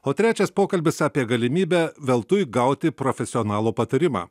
o trečias pokalbis apie galimybę veltui gauti profesionalo patarimą